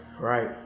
right